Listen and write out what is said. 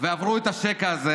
ועברו את השקע הזה,